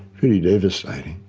pretty devastating.